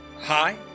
Hi